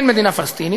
כן מדינה פלסטינית,